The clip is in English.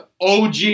OG